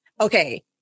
Okay